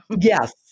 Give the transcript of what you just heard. Yes